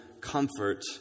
comfort